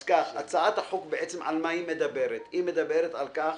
אז כך: הצעת החוק מדברת על כך